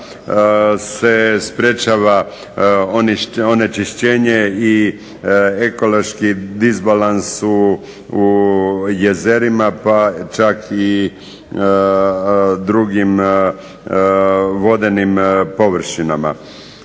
se sprečava onečišćenje i ekološki disbalans u jezerima pa čak i u drugim vodenim površinama.